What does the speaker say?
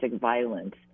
violence